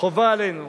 חובה עלינו